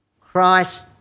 Christ